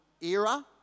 era